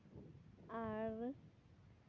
ᱟᱨ